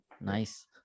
nice